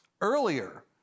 earlier